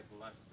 last